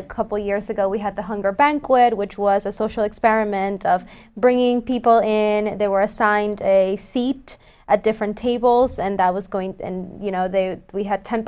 a couple of years ago we had the hunger banquet which was a social experiment of bringing people in they were assigned a seat at different tables and that was going to you know they we had ten